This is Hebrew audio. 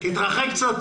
תקדים ושום דבר אחר.